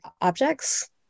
objects